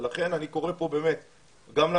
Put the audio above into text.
לכן אני קורא כאן גם למשרדים,